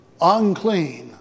unclean